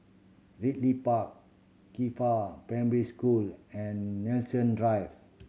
Ridley Park Qifa Primary School and Nanson Drive